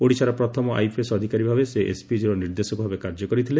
ଓଡିଶାର ପ୍ରଥମ ଆଇପିଏସ୍ ଅଧିକାରୀଭାବେ ସେ ଏସପିକିର ନିର୍ଦ୍ଦେଶକଭାବେ କାର୍ଯ୍ୟ କରିଥିଲେ